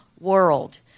world